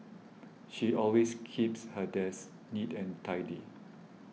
she always keeps her desk neat and tidy